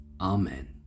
Amen